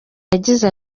yagize